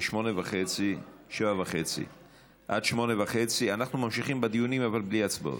בין 19:30 ל-20:30 אנחנו ממשיכים בדיונים אבל בלי הצבעות.